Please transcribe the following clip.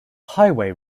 highway